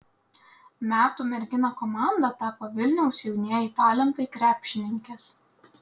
metų merginų komanda tapo vilniaus jaunieji talentai krepšininkės